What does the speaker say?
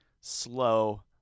slow